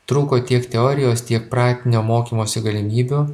trūko tiek teorijos tiek praktinio mokymosi galimybių